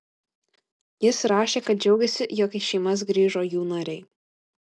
jis rašė kad džiaugiasi jog į šeimas grįžo jų nariai